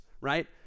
right